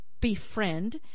befriend